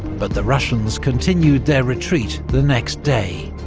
but the russians continued their retreat the next day.